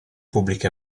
pubbliche